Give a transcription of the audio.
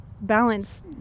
balance